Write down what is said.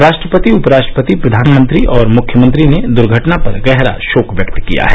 राष्ट्रपति उप राष्ट्रपति प्रधानमंत्री और मुख्यमंत्री ने दुर्घटना पर गहरा शोक व्यक्त किया है